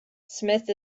smith